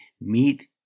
meat